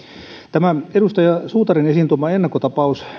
edustaja suutarin esiin tuomasta ennakkotapauksesta